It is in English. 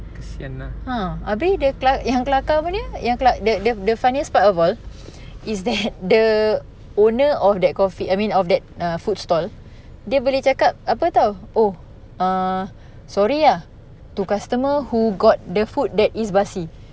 ah abeh yang kelakar punya yang the the funniest part of all is that the owner of that coffee I mean of that err food stall dia boleh cakap apa [tau] oh err sorry ah to customer who got the food that is basi